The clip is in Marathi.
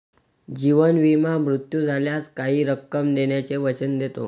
जीवन विमा मृत्यू झाल्यास काही रक्कम देण्याचे वचन देतो